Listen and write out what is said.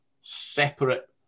separate